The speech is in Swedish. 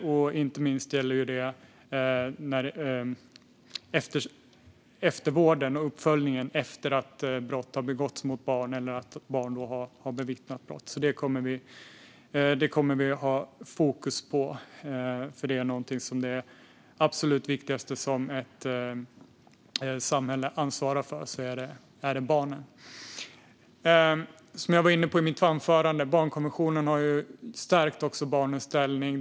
Det gäller inte minst eftervården och uppföljningen efter att brott begåtts mot barn eller barn bevittnat brott. Det kommer vi att ha fokus på, för barnen är det absolut viktigaste som ett samhälle ansvarar för. Som jag var inne på i mitt huvudanförande har barnkonventionen stärkt barnens ställning.